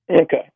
Okay